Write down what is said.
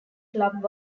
club